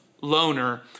loner